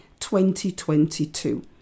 2022